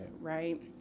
Right